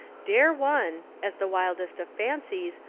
dare one, as the wildest of fancies,